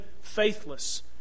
faithless